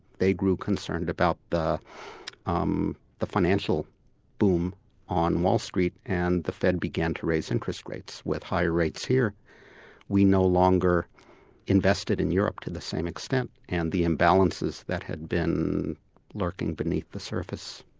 they grew concerned about the um the financial boom on wall street, and the fed began to raise interest rates with higher rates here we no longer invested in europe to the same extent, and the imbalances that had been lurking beneath the surface,